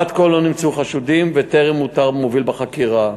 עד כה לא נמצאו חשודים וטרם אותר מוביל בחקירה.